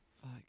Fuck